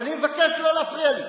אני מבקש לא להפריע לי.